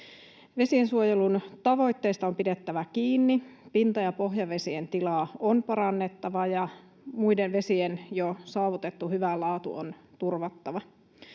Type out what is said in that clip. Vesiensuojelun tavoitteista on pidettävä kiinni, pinta- ja pohjavesien tilaa on parannettava ja muiden vesien jo saavutettu hyvä laatu on turvattava.